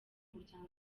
muryango